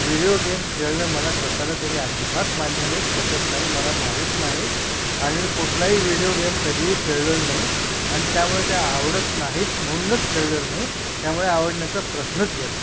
video games खेळणं मला स्वतःला तरी अजिबात मान्य नाही पटत नाही मला माहीत नाहीत आणि मी कुठलाही व्हिडिओ गेम कधीही खेळलेलो नाही आणि त्यामुळे ते आवडत नाहीत म्हणूनच खेळलेलो नाही त्यामुळे आवडण्याचा प्रश्नच येत नाही